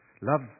love